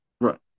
Right